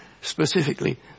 specifically